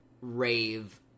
rave